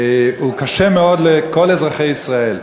הוא קשה מאוד לכל אזרחי ישראל.